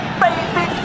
baby